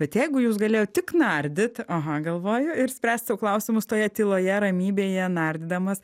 bet jeigu jūs galėjot tik nardyt aha galvoju ir spręst sau klausimus toje tyloje ramybėje nardydamas